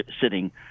sitting